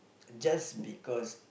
just because